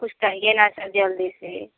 कुछ करिए ना सर जल्दी से